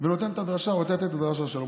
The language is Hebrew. ורוצה לתת את הדרשה שלו.